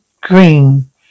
Green